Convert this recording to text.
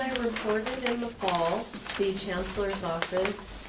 reported in the fall, the chancellor's office